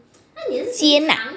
尖啊